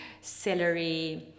celery